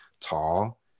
tall